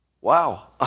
Wow